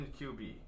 QB